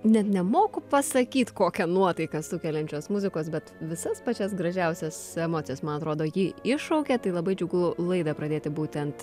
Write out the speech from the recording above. net nemoku pasakyt kokią nuotaiką sukeliančios muzikos bet visas pačias gražiausias emocijas man atrodo ji iššaukė tai labai džiugu laidą pradėti būtent